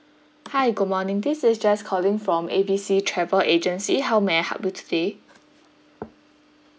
hi good morning this is jess calling from A B C travel agency how may I help you today